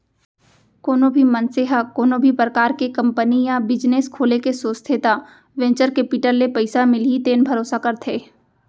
कोनो भी मनसे ह कोनो भी परकार के कंपनी या बिजनेस खोले के सोचथे त वेंचर केपिटल ले पइसा मिलही तेन भरोसा करथे